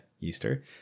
Easter